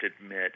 admit